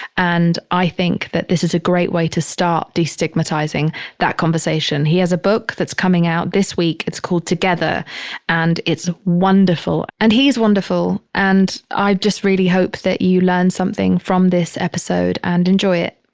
and i think that this is a great way to start destigmatizing that conversation. he has a book that's coming out this week. it's called together and it's wonderful. and he's wonderful. and i just really hope that you learn something from this episode and enjoy it.